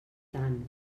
tant